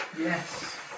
Yes